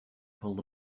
pulled